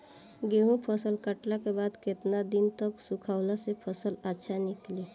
गेंहू फसल कटला के बाद केतना दिन तक सुखावला से फसल अच्छा निकली?